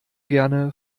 gerne